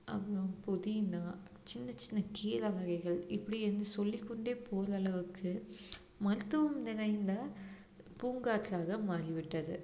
அப்பனோம் புதினா சின்னச் சின்ன கீரை வகைகள் இப்படி வந்து சொல்லிக் கொண்டே போகிற அளவுக்கு மருத்துவம் நிறைந்த பூங்காற்றாக மாறிவிட்டது